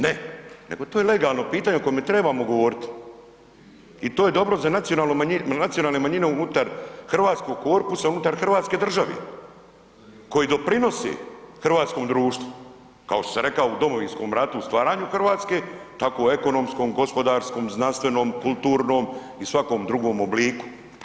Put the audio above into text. Ne, nego to je legalno pitanje o kojem trebamo govoriti i to je dobro za nacionalne manjine unutra hrvatskog korpusa, unutar hrvatske države koji doprinosi hrvatskom društvu kao što sam rekao u Domovinskom ratu, u stvaranju Hrvatske, tako i ekonomskom, gospodarskom, znanstvenom, kulturnom i svakom drugom obliku.